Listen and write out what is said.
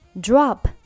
drop